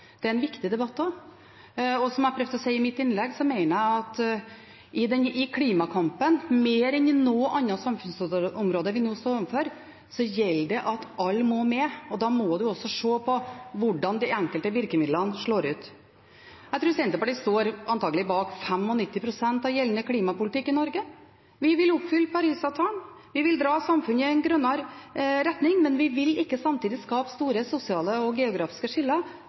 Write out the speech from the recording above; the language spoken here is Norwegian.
en nødvendig og viktig debatt. Som jeg prøvde å si i innlegget mitt, mener jeg at i klimakampen – mer enn på noe annet samfunnsområde – gjelder det å få alle med. Da må en også se på hvordan de enkelte virkemidlene slår ut. Jeg tror Senterpartiet står bak 95 pst. av gjeldende klimapolitikk i Norge. Vi vil oppfylle Parisavtalen, vi vil dra samfunnet i en grønnere retning, men vi vil ikke samtidig skape store sosiale og geografiske skiller.